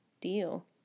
deal